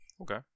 Okay